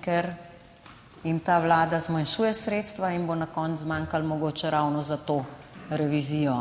ker jim ta vlada zmanjšuje sredstva in bo na koncu zmanjkalo mogoče ravno za to revizijo,